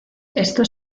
esto